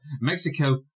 Mexico